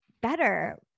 better